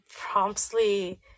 promptly